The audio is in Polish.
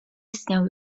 istniał